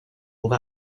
will